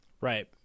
Right